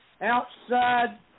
outside